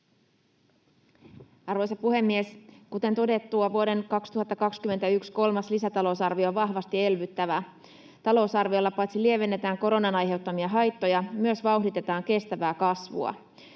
Arvoisa puhemies! Kuten todettua, vuoden 2021 kolmas lisätalousarvio on vahvasti elvyttävä. Talousarviolla paitsi lievennetään koronan aiheuttamia haittoja myös vauhditetaan kestävää kasvua.